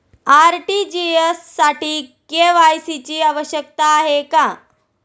RTGS साठी KYC ची आवश्यकता आहे का?